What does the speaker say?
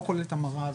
לא כוללת המרה.